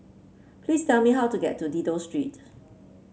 please tell me how to get to Dido Street